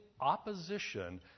opposition